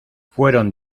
fueron